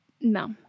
No